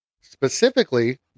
specifically